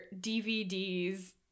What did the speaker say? DVDs